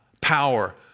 power